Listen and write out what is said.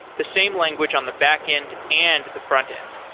the same language on the backend and the front-end.